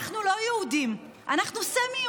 אנחנו לא יהודים, אנחנו סמי-יהודים.